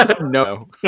No